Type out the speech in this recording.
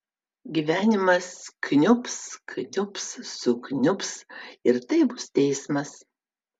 gyvenimas kniubs kniubs sukniubs ir tai bus teismas